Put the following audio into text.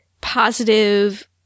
positive